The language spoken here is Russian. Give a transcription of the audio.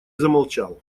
замолчал